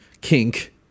kink